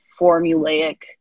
formulaic